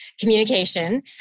communication